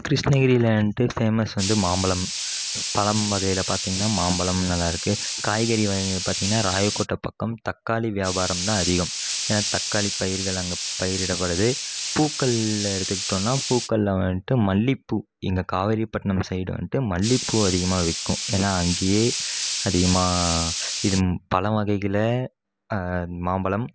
கிருஷ்ணகிரியில் வந்துட்டு ஃபேமஸ் வந்து மாம்பழம் பழம் வகையில் பார்த்திங்ன்னா மாம்பழம் நல்லாயிருக்கு காய்கறி வகை பார்த்திங்ன்னா ராயக்கோட்டை பக்கம் தக்காளி வியாபாரம் தான் அதிகம் ஏன்னால் தக்காளி பயிர்கள் அங்கே பயிரிடப்படுது பூக்கள் எடுத்துக்கிட்டோன்னால் பூக்களில் வந்துட்டு மல்லிைகப்பூ இங்கே காவிரி பட்டினம் சைடு வந்துட்டு மல்லிகைப்பூ அதிகமாக விற்கும் ஏன்னால் அங்கேயே அதிகமாக இது பழம் வகைகள் மாம்பழம்